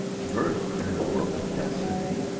versed in the book of destiny?